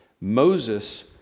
Moses